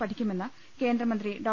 പഠിക്കുമെന്ന് കേന്ദ്രമന്ത്രി ഡോ